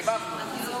זה ברור.